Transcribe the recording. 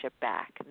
back